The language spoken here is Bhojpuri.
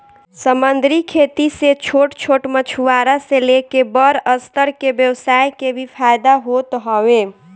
समंदरी खेती से छोट छोट मछुआरा से लेके बड़ स्तर के व्यवसाय के भी फायदा होत हवे